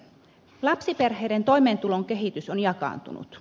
lapsiperheiden toimeentulon kehitys on jakaantunut